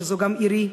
שהיא גם עירי,